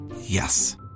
Yes